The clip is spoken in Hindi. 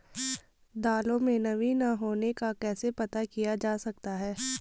दालों में नमी न होने का कैसे पता किया जा सकता है?